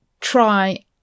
try